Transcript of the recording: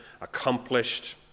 accomplished